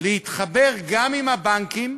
להתחבר גם עם הבנקים,